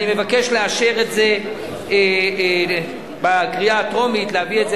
אני מבקש לאשר את זה בקריאה הטרומית ולהביא את זה